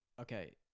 Okay